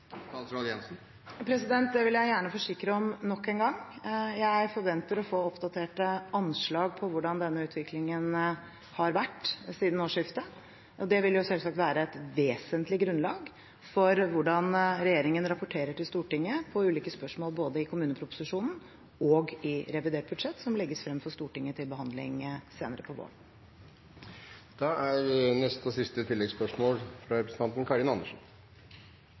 Det vil jeg gjerne forsikre om nok en gang. Jeg forventer å få oppdaterte anslag på hvordan denne utviklingen har vært siden årsskiftet, og det vil selvsagt være et vesentlig grunnlag for hvordan regjeringen rapporterer til Stortinget på ulike spørsmål, både i kommuneproposisjonen og i revidert budsjett, som legges frem for Stortinget til behandling senere på våren. Karin Andersen – til siste